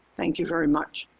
thank you very much.